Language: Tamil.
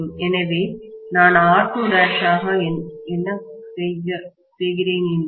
எனவே நான் R2' காக என்ன செய்கிறேன் என்பது